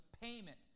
payment